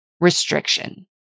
restriction